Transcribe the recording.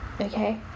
Okay